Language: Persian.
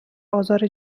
آزار